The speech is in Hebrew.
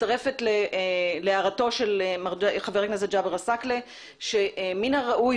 מצטרפת להערתו של חבר הכנסת ג'אבר עסאקלה שמן הראוי